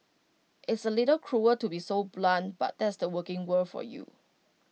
it's A little cruel to be so blunt but that's the working world for you